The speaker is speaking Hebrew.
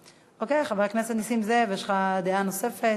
אוקיי, חבר הכנסת נסים זאב, יש לך דעה נוספת.